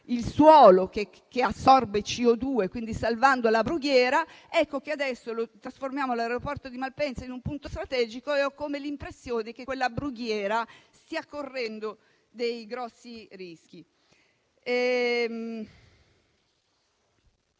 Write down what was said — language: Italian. il suolo, che assorbe anidride carbonica, salvando la brughiera, adesso trasformiamo l'aeroporto di Malpensa in un punto strategico e ho come l'impressione che quella brughiera stia correndo seri rischi.